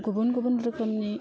गुबुन गुबुन रोखोमनि